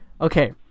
okay